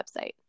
website